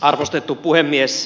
arvostettu puhemies